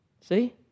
See